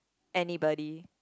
anybody